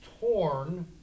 torn